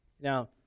Now